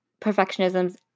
perfectionism's